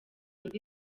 indi